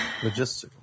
Logistical